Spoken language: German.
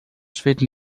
schweden